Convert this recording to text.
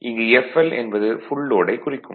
இங்கு "fl" என்பது full லோடைக் குறிக்கும்